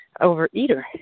overeater